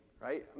right